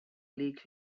league